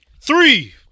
Three